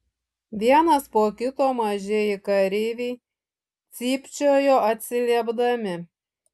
vienas po kito mažieji kareiviai cypčiojo atsiliepdami